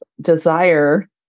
desire